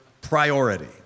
priority